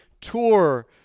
tour